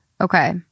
okay